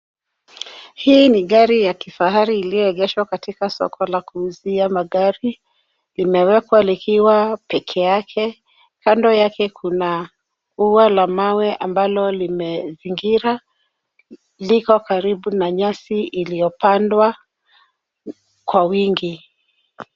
Hii ni gari ya kifahari iliyoegeshwa katika soko la kuuzia magari, limewekwa likiwa peke yake. Kando yake kuna ua la mawe ambalo limezingira, liko karibu na nyasi iliyopandwa kwa wingi.